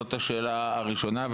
זאת השאלה הראשונה.